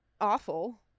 Awful